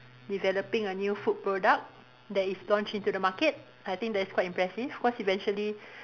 developing a new food product that is launched into the market I think that's quite impressive cause eventually